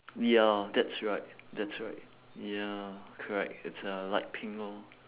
ya that's right that's right ya correct it's a light pink lor